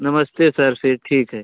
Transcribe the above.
नमस्ते सर फ़िर ठीक है